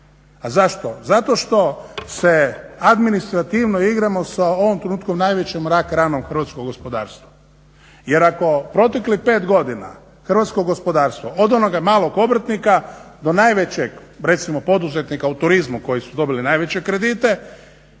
A zašto? Zato što se administrativno igramo sa u ovom trenutku najvećom rakranom hrvatskog gospodarstva jer ako proteklih 5 godina hrvatsko gospodarstvo od onoga malog obrtnika do najvećeg recimo poduzetnika u turizmu koji su dobili najveće kredite,